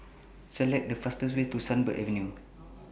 Select The fastest Way to Sunbird Avenue